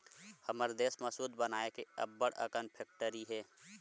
हमर देस म सूत बनाए के अब्बड़ अकन फेकटरी हे